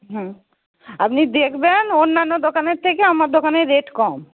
হুম আপনি দেখবেন অন্যান্য দোকানের থেকে আমার দোকানের রেট কম